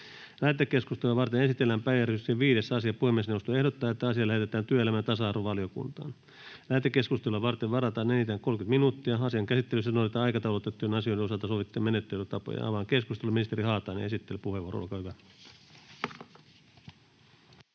Lähetekeskustelua varten esitellään päiväjärjestyksen 6. asia. Puhemiesneuvosto ehdottaa, että asia lähetetään talousvaliokuntaan. Lähetekeskustelua varten varataan enintään 30 minuuttia. Asian käsittelyssä noudatetaan aikataulutettujen asioiden osalta sovittuja menettelytapoja. — Avaan keskustelun. Ministeri Lintilä, olkaa hyvä,